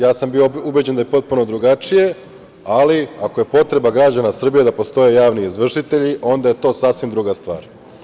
Ja sam bio ubeđen da je potpuno drugačije, ali ako je potreba građana Srbije da postoje javni izvršitelji, onda je to sasvim druga stvar.